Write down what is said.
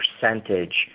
percentage